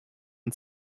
und